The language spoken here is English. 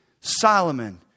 Solomon